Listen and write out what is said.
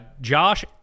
Josh